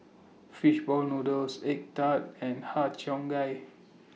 Fish Ball Noodles Egg Tart and Har Cheong Gai